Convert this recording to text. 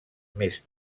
més